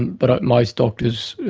and but most doctors,